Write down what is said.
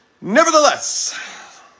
Nevertheless